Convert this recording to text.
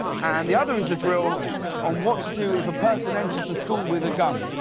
and the other is a drill on what to do if a person enters the school with a gun,